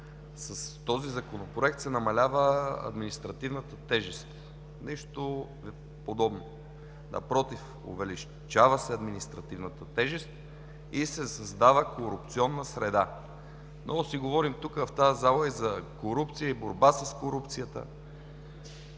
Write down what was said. с този законопроект се намалява административната тежест – нищо подобно. Напротив, увеличава се административната тежест и се създава корупционна среда. Тук в тази зала много си говорим и за корупция, и за борба с корупцията.